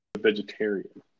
vegetarian